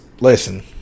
Listen